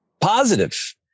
positive